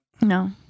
No